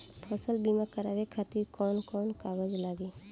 फसल बीमा करावे खातिर कवन कवन कागज लगी?